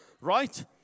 right